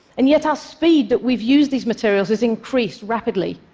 and yet, our speed that we've used these materials has increased rapidly,